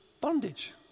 bondage